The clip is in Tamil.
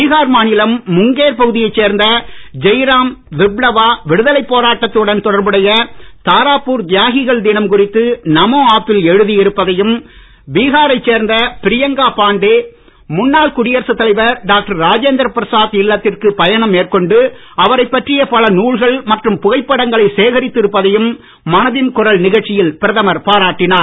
பீகார் மாநிலம் முங்கேர் பகுதியைச் சேர்ந்த ஜெய்ராம் விப்லவா விடுதலைப் போராட்டத்துடன் தொடர்புடைய தாராப்பூர் தியாகிகள் தினம் குறித்து நமோ ஆப்பில் எழுதி இருப்பதையும் பீகாரைச் சேர்ந்த பிரியங்கா பாண்டே முன்னாள் குடியரசு தலைவர் டாக்டர் ராஜேந்திர பிரசாத் இல்லத்திற்கு பயணம் மேற்கொண்டு அவரைப் பற்றிய பல நூல்கள் மற்றும் புகைப்படங்களை சேகரித்து இருப்பதையும் மனதின் குரல் நிகழ்ச்சியில் பிரதமர் பாராட்டினார்